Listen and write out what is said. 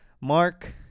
Mark